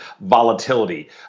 volatility